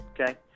okay